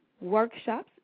workshops